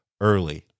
early